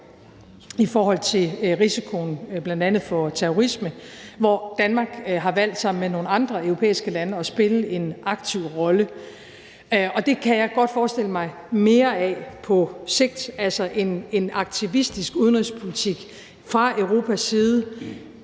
i forhold til risikoen bl.a. for terrorisme, hvor Danmark har valgt sammen med nogle andre europæiske lande at spille en aktiv rolle, og det kan jeg godt forestille mig mere af på sigt, altså en aktivistisk udenrigspolitik fra Europas side